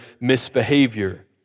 misbehavior